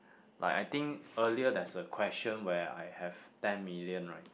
like I think earlier there's a question where I have ten million right